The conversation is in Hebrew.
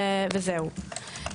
וזהו.